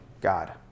God